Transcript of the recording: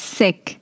sick